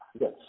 Yes